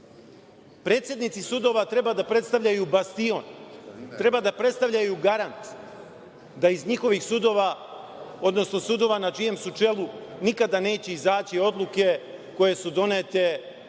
činjenice. Predsednici sudova treba da predstavljaju bastion, treba da predstavljaju garant, da iz njihovih sudova, odnosno sudova na čijem su čelu, nikada neće izaći odluke koje su donete